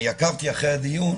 עקבתי אחרי הדיון